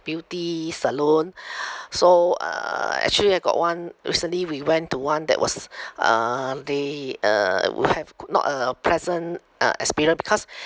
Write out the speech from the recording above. beauty salon so uh actually I got one recently we went to one that was uh the uh we have not a pleasant uh experience because